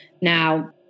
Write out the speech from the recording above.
Now